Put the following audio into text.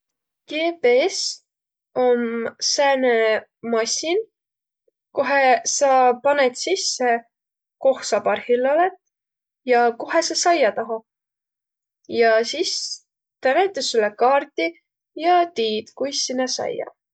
Gee-pee-ess om sääne massin, kohe sa panõt sisse, koh sa parhilla olõt ja kohe sa saiaq tahat. Ja sis tä näütäs sullõ kaarti ja tiid, kuis sinnäq saiaq.